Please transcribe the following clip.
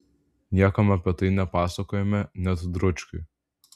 niekam apie tai nepasakojome net dručkiui